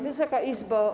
Wysoka Izbo!